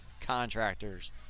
Contractors